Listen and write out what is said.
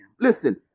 listen